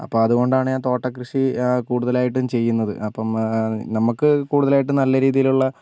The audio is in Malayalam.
അപ്പം അതുകൊണ്ടാണ് ഞാൻ തോട്ടകൃഷി കൂടുതലായിട്ടും ചെയ്യുന്നത് അപ്പം നമുക്ക് കൂടുതലായിട്ടും നല്ല രീതിയിലുള്ള